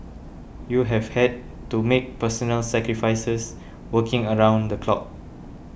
you have had to make personal sacrifices working around the clock